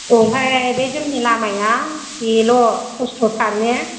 औहाय बे जोंनि लामाया बेल' खस्थ'थार ने